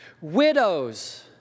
widows